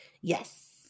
Yes